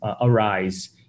arise